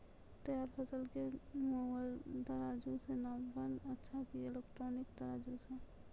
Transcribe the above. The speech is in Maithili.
तैयार फसल के मेनुअल तराजु से नापना अच्छा कि इलेक्ट्रॉनिक तराजु से?